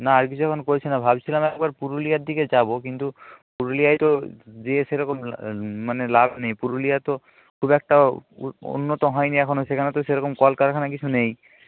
না আর কিছু এখন করছি না ভাবছিলাম একবার পুরুলিয়ার দিকে যাব কিন্তু পুরুলিয়ায় তো যেয়ে সেরকম মানে লাভ নেই পুরুলিয়া তো খুব একটা উন্নত হয় নি এখনও সেখানে তো সেরকম কলকারখানা কিছু নেই